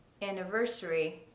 anniversary